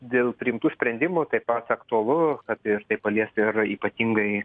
dėl priimtų sprendimų taip pat aktualu kad ir tai palies ir ypatingai